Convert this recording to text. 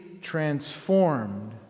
transformed